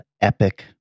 Epic